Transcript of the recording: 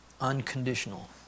Unconditional